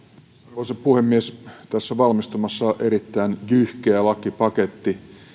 arvoisa puhemies tässä on valmistumassa erittäin jyhkeä lakipaketti